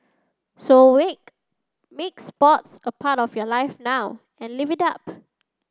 so make sports a part of your life now and live it up